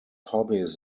hobbies